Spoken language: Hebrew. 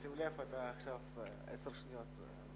שים לב, עכשיו בזבזת עשר שניות.